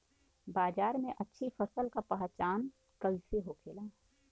बाजार में अच्छी फसल का पहचान कैसे होखेला?